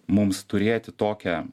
mums turėti tokią